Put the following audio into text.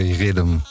Rhythm